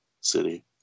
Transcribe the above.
city